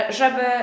żeby